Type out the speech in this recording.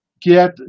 get